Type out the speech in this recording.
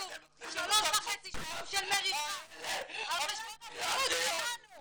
למה הרופא שלך שהוא קיבל את התפקיד שלו הוריד לי